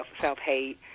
self-hate